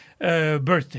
birthday